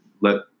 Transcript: let